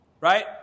Right